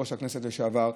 יושב-ראש הכנסת לשעבר.